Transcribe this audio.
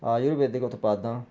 ਆਯੁਰਵੇਦਿਕ ਉਤਪਾਦਾਂ